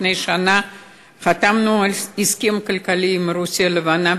לפני שנה חתמנו על הסכם כלכלי עם רוסיה הלבנה,